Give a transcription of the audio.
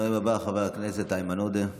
הנואם הבא, חבר הכנסת איימן עודה.